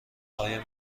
آیا